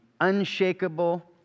unshakable